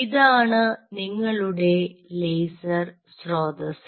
ഇതാണ് നിങ്ങളുടെ ലേസർ സ്രോതസ്സ്